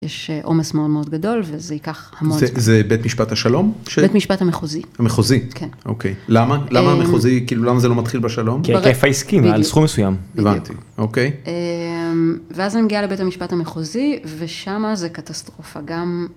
יש אה.. עומס מאוד מאוד גדול, וזה ייקח המון זמן. זה בית משפט השלום? בית משפט המחוזי. המחוזי? כן. אוקיי, למה.. למה המחוזי, כאילו, למה זה לא מתחיל בשלום? כי ההיקף העסקי, מעל סכום מסוים. בדיוק, הבנתי אוקיי. אהמ.. ואז אני מגיעה לבית המשפט המחוזי, ושמה זה קטסטרופה, גם...